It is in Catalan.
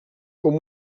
com